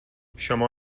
شما